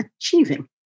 achieving